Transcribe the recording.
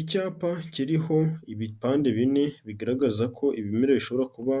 Icyapa kiriho ibipande bine bigaragaza ko ibimera bishobora kuba